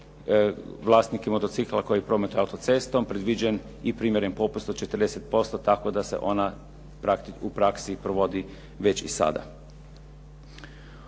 vlasnike motocikala koji prometuje autocestom predviđen i primjeren popust od 40% tako da se ona u praksi provodi već i sada.